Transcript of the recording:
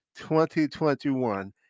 2021